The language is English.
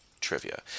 trivia